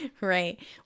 Right